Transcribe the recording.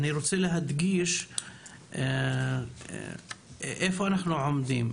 אני רוצה להדגיש איפה אנחנו עומדים.